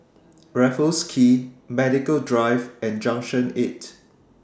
Raffles Quay Medical Drive and Junction eight